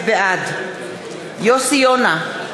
בעד יוסי יונה,